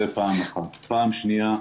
פעם שנייה,